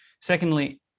Secondly